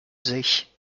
sich